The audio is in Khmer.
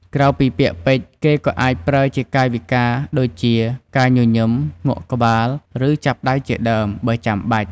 ក្រៅពីពាក្យពេចន៍ គេក៏អាចប្រើជាកាយវិការដូចជា ការញញឹម ងក់ក្បាល ឬ ចាប់ដៃជាដើម បើចាំបាច់។